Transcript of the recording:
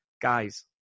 guys